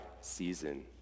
season